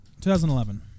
2011